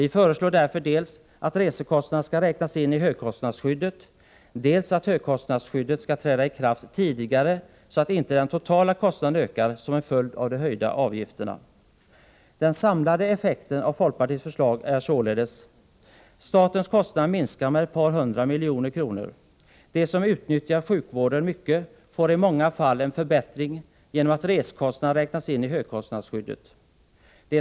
Vi föreslår därför dels att resekostnaderna skall räknas in i högkostnadsskyddet, dels att högkostnadsskyddet skall träda i kraft tidigare, så att inte den totala kostnaden ökar som en följd av de höjda avgifterna. Den samlade effekten av folkpartiets förslag är således: 1. Statens kostnader minskar med ett par hundra miljoner kronor. 2. De som utnyttjar sjukvården mycket får i många fall en förbättring genom att resekostnaderna räknas in i högkostnadsskyddet. 3.